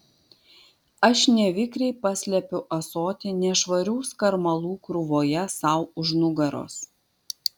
aš nevikriai paslepiu ąsotį nešvarių skarmalų krūvoje sau už nugaros